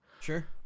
Sure